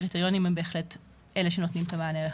הקריטריונים הם בהחלט אלה שנותנים את המענה לך.